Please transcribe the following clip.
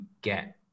get